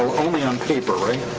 only on paper, right?